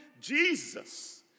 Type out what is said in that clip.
Jesus